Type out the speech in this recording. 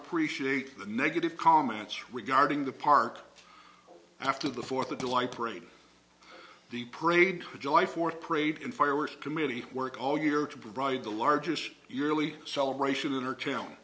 appreciate the negative comments regarding the park after the fourth of july parade the parade of july fourth parade in fireworks committee work all year to provide the largest yearly celebration or town